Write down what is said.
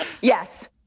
Yes